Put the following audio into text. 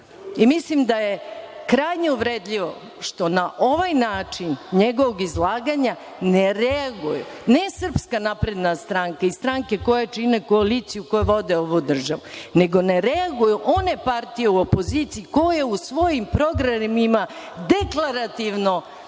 njega. Mislim da je krajnje uvredljivo što na ovaj način njegovog izlaganja ne reaguje, ne SNS i stranke koje čine koaliciju koja vodi ovu državu, nego ne reaguju one partije u opoziciji koje u svojim programima deklarativno